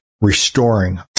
restoring